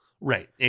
right